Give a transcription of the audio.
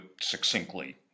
succinctly